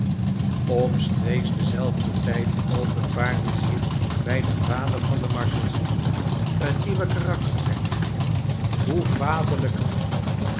omstreeks denzelfden tijd openbaarde zich bij den vader van de marshalsea een nicuwe karaktertrek hoe